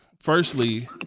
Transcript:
Firstly